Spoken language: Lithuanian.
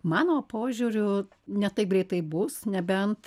mano požiūriu ne taip greitai bus nebent